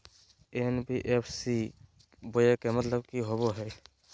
NBFC बोया के मतलब कि होवे हय?